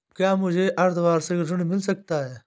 क्या मुझे अर्धवार्षिक ऋण मिल सकता है?